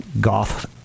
goth